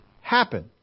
happen